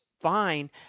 fine